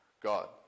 God